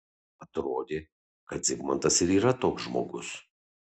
atrodė kad zigmantas ir yra toks žmogus